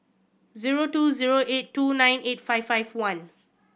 zero two zero eight two nine eight five five one